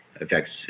affects